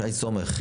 שי סומך,